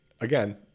again